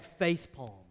facepalm